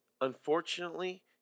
Unfortunately